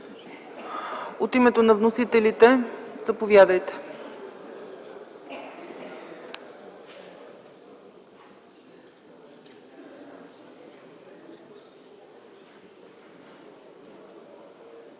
От името на вносителите – заповядайте.